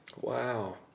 Wow